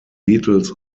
beatles